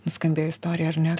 nuskambėjo istorija ar ne